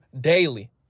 daily